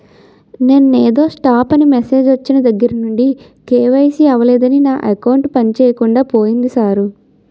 నిన్నేదో స్టాప్ అని మెసేజ్ ఒచ్చిన దగ్గరనుండి కే.వై.సి అవలేదని నా అకౌంట్ పనిచేయకుండా పోయింది సార్